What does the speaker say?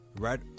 right